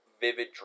vivid